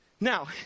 Now